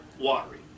watery